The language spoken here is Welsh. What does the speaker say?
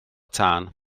tân